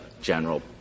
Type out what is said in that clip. general